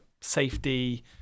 safety